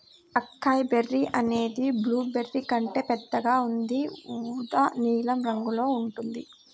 acai berry అనేది blueberry కంటే పెద్దగా ఉండి ఊదా నీలం రంగులో ఉంటుంది